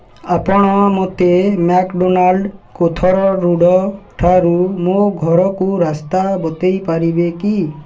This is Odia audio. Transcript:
ଆପଣ ମୋତେ ମ୍ୟାକ୍ ଡ଼ୋନାଲ୍ଡ କୋଥରୁଡ଼ ଠାରୁ ମୋ ଘରକୁ ରାସ୍ତା ବତାଇ ପାରିବେ କି